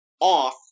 off